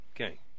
Okay